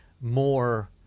more